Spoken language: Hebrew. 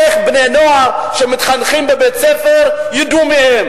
איך בני נוער שמתחנכים בבית-ספר ידעו מי הם